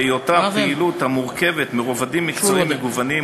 בהיותה פעילות המורכבת מרבדים מקצועיים מגוונים,